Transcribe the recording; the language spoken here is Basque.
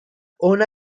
hona